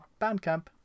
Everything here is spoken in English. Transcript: Bandcamp